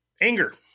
anger